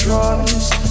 Trust